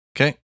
Okay